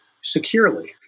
securely